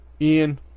Ian